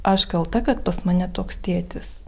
aš kalta kad pas mane toks tėtis